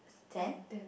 ten